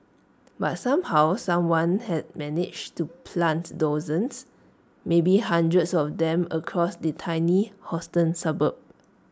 but somehow someone had managed to plant dozens maybe hundreds of them across the tiny Houston suburb